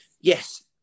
yes